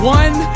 one